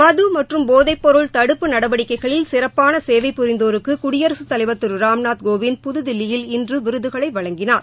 மது மற்றும் போதைப் பொருள் தடுப்பு நடவடிக்கைகளில் சிறப்பான சேவை புரிந்தோருக்கு குடியரசுத் தலைவர் திரு ராம்நாத் கோவிந்த் புதுதில்லியில் இன்று விருதுகளை வழங்கினார்